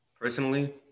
Personally